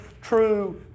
true